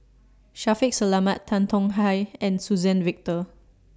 Shaffiq Selamat Tan Tong Hye and Suzann Victor